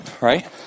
right